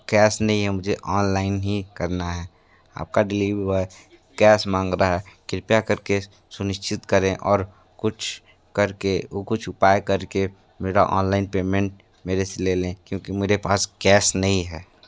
कैस नहीं है मुझे ऑनलाइन ही करना है आप का डिलीवरी बॉय कैस माँग रहा है कृपया कर के सुनिश्चित करें और कुछ कर के कुछ उपाय कर के मेरा ऑनलाइन पेमेंट मेरे से ले लें क्योंकि मेरे पास कैस नहीं है